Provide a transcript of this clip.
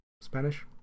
Spanish